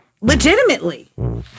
legitimately